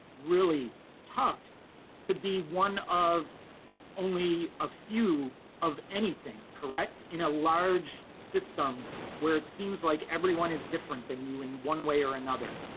really tough to be one of only a few of anything, correct? in a large system where it seems like everyone is different than you in one way or another.